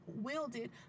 wielded